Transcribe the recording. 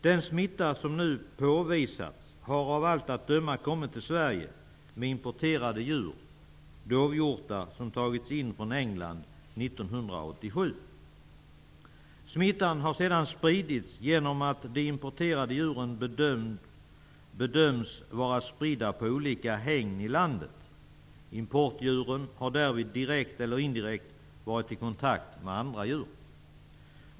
Den smitta som nu påvisats har av allt att döma kommit till Sveige med inmporterade djur -- Smittan har sedan spridits genom att de importerade djuren spritts på olika hägn i landet. Importdjuren har därvid direkt eller indirekt varit i kontakt med andra djur.